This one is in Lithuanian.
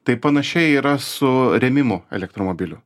tai panašiai yra su rėmimu elektromobilių